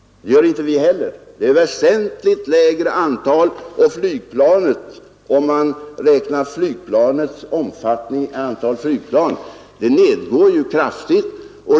Det gör inte vi heller. Antalet är väsentligt lägre, och flygvapnet — om man räknar flygvapnets omfattning i antal flygplan — nedgår kraftigt.